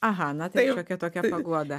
aha na tai šiokia tokia paguoda